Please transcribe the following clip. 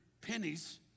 pennies